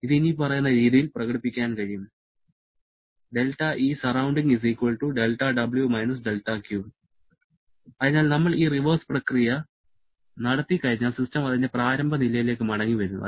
ഇത് ഇനിപ്പറയുന്ന രീതിയിൽ പ്രകടിപ്പിക്കാൻ കഴിയും അതിനാൽ നമ്മൾ ഈ റിവേഴ്സ് പ്രക്രിയ നടത്തിക്കഴിഞ്ഞാൽ സിസ്റ്റം അതിന്റെ പ്രാരംഭ നിലയിലേക്ക് മടങ്ങിവരുന്നു